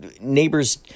neighbors